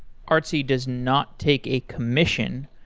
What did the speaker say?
artsy does not take a commission.